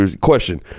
Question